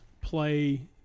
play